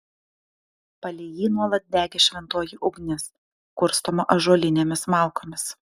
palei jį nuolat degė šventoji ugnis kurstoma ąžuolinėmis malkomis